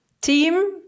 team